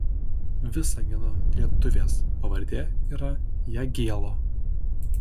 visagino lietuvės pavardė yra jagielo